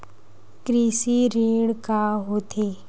कृषि ऋण का होथे?